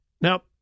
Now